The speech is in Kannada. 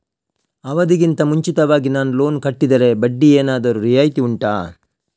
ಅವಧಿ ಗಿಂತ ಮುಂಚಿತವಾಗಿ ನಾನು ಲೋನ್ ಕಟ್ಟಿದರೆ ಬಡ್ಡಿ ಏನಾದರೂ ರಿಯಾಯಿತಿ ಉಂಟಾ